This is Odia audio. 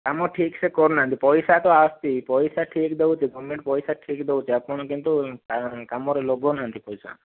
କାମ ଠିକସେ କରୁନାହାନ୍ତି ପଇସା ତ ଆସୁଛି ପଇସା ଠିକ ଦେଉଛି ଗଭର୍ଣ୍ଣମେଣ୍ଟ ପଇସା ଠିକ ଦେଉଛି ଆପଣ କିନ୍ତୁ କାମରେ ଲଗାଉ ନାହାନ୍ତି ପଇସା